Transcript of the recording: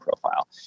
profile